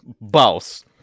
Boss